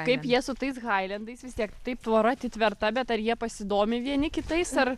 kaip jie su tais hailendais vis tiek taip tvora atitverta bet ar jie pasidomi vieni kitais ar